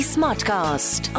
Smartcast